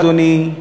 אדוני,